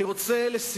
הבעיה,